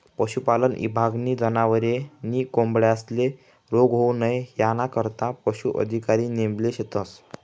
पशुपालन ईभागनी जनावरे नी कोंबड्यांस्ले रोग होऊ नई यानाकरता पशू अधिकारी नेमेल शेतस